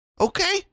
Okay